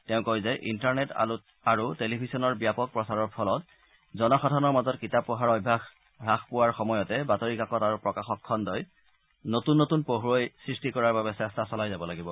তেওঁ কয় যে ইণ্টাৰনেট আৰু টেলিভিশ্যনৰ ব্যাপক প্ৰচাৰৰ ফলত জনসাধাৰণৰ মাজত কিতাপ পঢ়াৰ অভ্যাস যথেষ্ট হ্ৰাস পোৱাৰ সময়তে বাতৰি কাকত আৰু প্ৰকাশক খণ্ডই নতুন নতুন পঢ়ুৱৈ সৃষ্টি কৰাৰ বাবে চেষ্টা চলাই যাব লাগিব